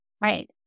Right